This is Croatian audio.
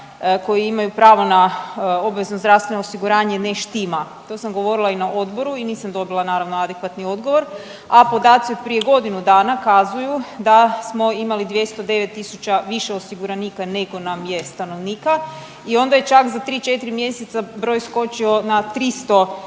koji imaju pravo na obvezno zdravstveno osiguranje ne štima. To sam govorila i na odboru i nisam dobila, naravno, adekvatni odgovor, a podaci od prije godinu dana kazuju da smo imali 209 tisuća više osiguranika nego nam je stanovnika i onda je čak za 3, 4 mjeseca broj skočio na 315 tisuća